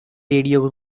radio